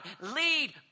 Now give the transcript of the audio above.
lead